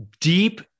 deep